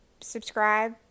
Subscribe